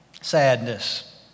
sadness